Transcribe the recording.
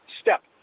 step